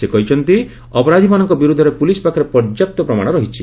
ସେ କହିଛନ୍ତି ଅପରାଧିମାନଙ୍କ ବିରୁଦ୍ଧରେ ପୁଲିସ୍ ପାଖରେ ପର୍ଯ୍ୟାପ୍ତ ପ୍ରମାଣ ରହିଛି